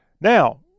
Now